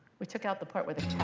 we took out the part where the